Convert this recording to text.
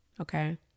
Okay